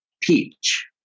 peach